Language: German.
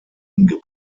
geboren